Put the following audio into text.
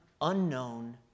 unknown